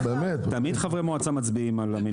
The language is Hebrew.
תמיד חברי מועצה מצביעים על המינויים.